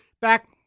back